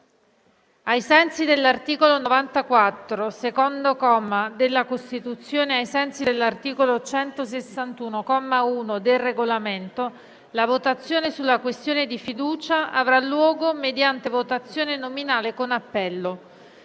ai sensi dell'articolo 94, secondo comma, della Costituzione e ai sensi dell'articolo 161, comma 1, del Regolamento, la votazione sulla questione di fiducia avrà luogo mediante votazione nominale con appello.